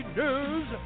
news